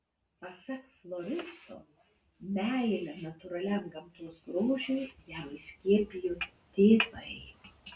pasak floristo meilę natūraliam gamtos grožiui jam įskiepijo tėvai